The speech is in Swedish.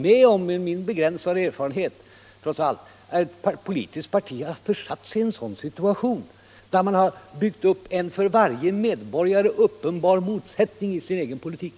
Med min begränsade erfarenhet har jag då aldrig varit med om att ett politiskt parti försatt sig i en sådan situation, där man byggt upp en för varje medborgare uppenbar motsättning i sin egen politik.